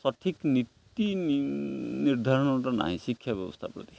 ସଠିକ ନୀତି ନିର୍ଦ୍ଧାରଣତା ନାହିଁ ଶିକ୍ଷା ବ୍ୟବସ୍ଥା ପ୍ରତି